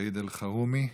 סעיד אלחרומי,